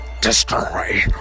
Destroy